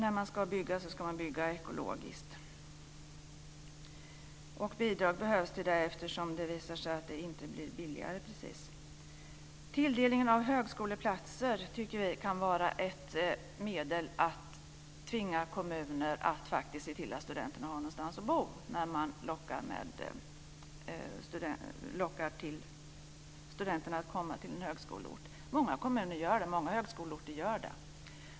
När man ska bygga ska man bygga ekologiskt, och till det behövs bidrag, eftersom det visar sig att det inte precis blir billigare. Tilldelningen av högskoleplatser tycker vi kan vara ett medel för att tvinga kommuner att faktiskt se till att studenterna har någonstans att bo, när man lockar studenter att komma till en högskoleort. Många gör det.